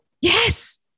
Yes